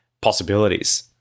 possibilities